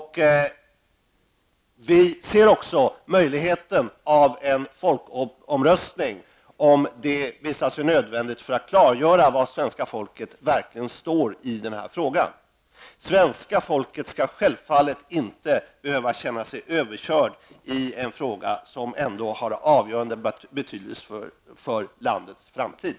Vi menar också att en folkomröstning bör kunna anordnas, om det visar sig nödvändigt för att klargöra var svenska folket verkligen står i den här frågan. Svenska folket skall självfallet inte behöva känna sig överkört i en fråga som ändå är av avgörande betydelse för landets framtid.